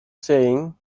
saying